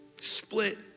Split